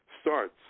starts